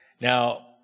Now